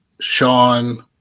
Sean